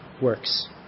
works